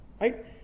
right